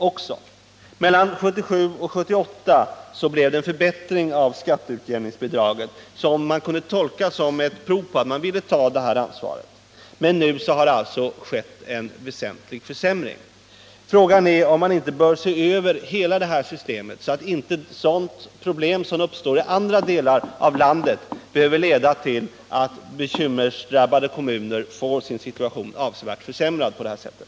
Mellan 1977 och 1978 förbättrades skatteutjämningsbidraget, vilket kunde tolkas som ett bevis på att man ville ta det här ansvaret. Men nu har det alltså skett en väsentlig försämring. Frågan är om man inte bör se över hela det här systemet, så att problem som uppstår i andra delar av landet inte behöver leda till att bekymmersdrabbade kommuner får sin situation avsevärt försämrad på det här sättet.